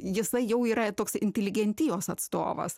jisai jau yra toks inteligentijos atstovas